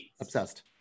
obsessed